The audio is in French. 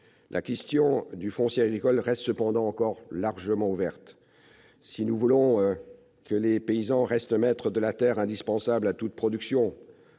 La question du foncier agricole reste cependant encore largement ouverte. Si nous voulons que les paysans restent maîtres de la terre indispensable à toute production,